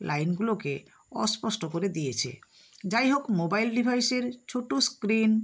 লাইনগুলোকে অস্পষ্ট করে দিয়েচে যাই হোক মোবাইল ডিভাইসের ছোটো স্ক্রিন